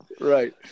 Right